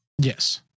Yes